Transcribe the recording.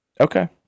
Okay